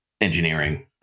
engineering